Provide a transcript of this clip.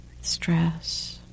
stress